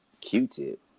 Q-tip